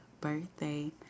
birthday